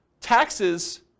taxes